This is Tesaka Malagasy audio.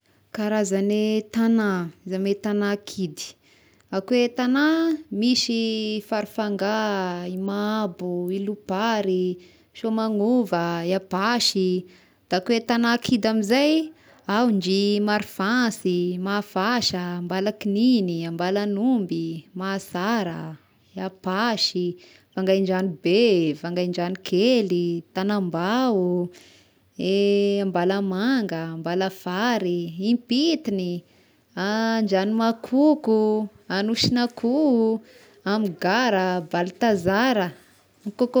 Karazagne tagnà za me tagnà kidy, ao ko eh tagnà misy Farafanga, i Mahabo, i Lopary, Soamagnova, i Apasy, da ko eh tagnà kidy amin'izay: ao ndry Marofansy, Mahafasa, Ambalakigniny, Ambalagnomby, Mahasara, i Apasy, Vaingandrano be, Vaingandrano kely, Tagnambao, Ambalamanga, Ambalafary, Impintigny, Andragnomakoko, Anosinakoho, amin'ny Gara, Baltazara.